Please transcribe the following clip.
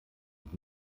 und